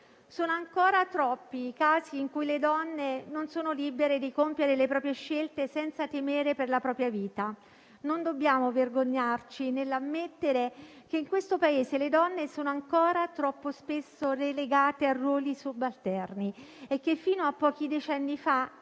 Sono ancora troppi i casi in cui le donne non sono libere di compiere le proprie scelte senza temere per la propria vita. Non dobbiamo vergognarci nell'ammettere che in questo Paese le donne sono ancora troppo spesso relegate a ruoli subalterni e che fino a pochi decenni fa